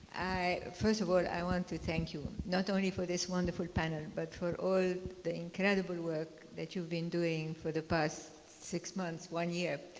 first of all i want to thank you, not only for this wonderful panel but for all the incredible work that you've been doing for the past six months, one year.